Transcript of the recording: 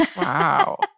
Wow